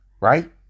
right